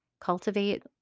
cultivate